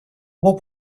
what